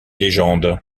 légendes